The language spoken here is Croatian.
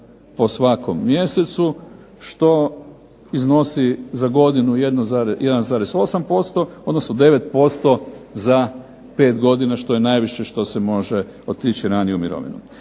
po svakom mjesecu što iznosi za godinu 1,8%, odnosno 9% za 5 godina što je najviše što se može otići ranije u mirovinu.